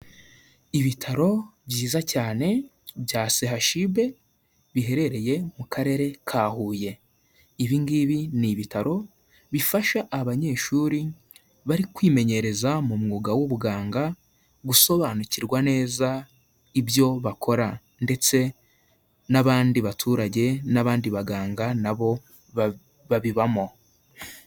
Ibitaro byiza cyane bya CHUB biherereye mu Karere ka Huye. Ibi ngibi ni ibitaro, bifasha abanyeshuri bari kwimenyereza mu mwuga w'ubuganga, gusobanukirwa neza ibyo bakora; ndetse n'abandi baturage n'abandi baganga na bo babibamo.